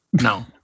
No